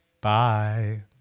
Bye